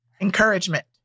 encouragement